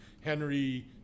Henry